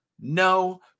No